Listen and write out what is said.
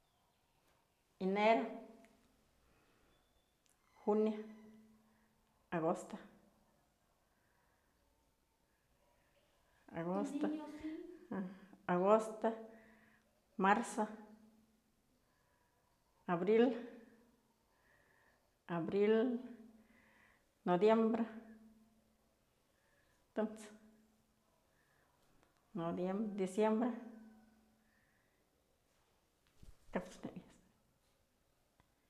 Enero, junio, agosto. marzo, abril, noviembre, tëms, diciembre kach jemyech.